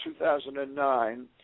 2009